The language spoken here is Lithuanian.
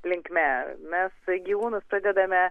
linkme mes gyvūnus pradedame